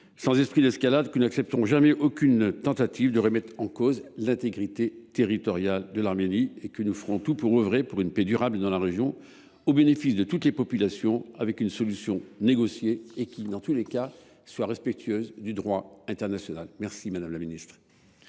sans esprit d’escalade, que nous n’accepterons jamais la moindre tentative de remettre en cause l’intégrité territoriale de l’Arménie et que nous ferons tout pour œuvrer en faveur d’une paix durable dans la région, au bénéfice de toutes les populations, avec une solution négociée et, en tout cas, respectueuse du droit international. La parole est